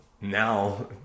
now